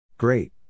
Great